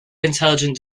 intelligent